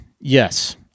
yes